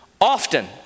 Often